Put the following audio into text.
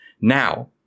Now